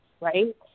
right